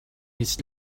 his